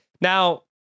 Now